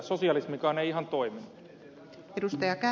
sosialismikaan ei ihan toiminut